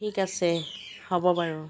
ঠিক আছে হ'ব বাৰু